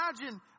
imagine